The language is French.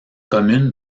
commune